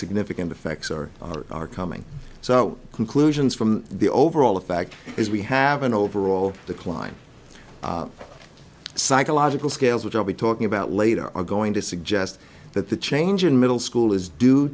significant effects are are coming so conclusions from the overall the fact is we have an overall decline psychological scales which i'll be talking about later are going to suggest that the change in middle school is due